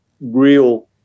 real